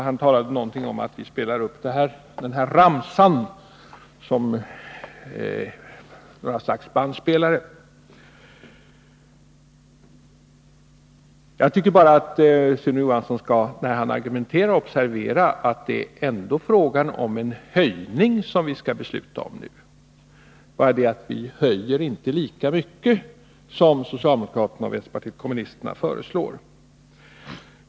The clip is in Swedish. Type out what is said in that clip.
Han sade någonting om att vi spelar upp den här ramsan som något slags bandspelare. Men Sune Johansson skall, när han argumenterar, observera att det ändå är en höjning som vi nu skall besluta om. Skillnaden är bara att vi inte vill höja lika mycket som socialdemokraterna och vänsterpartiet kommunisterna föreslår.